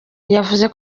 yavuze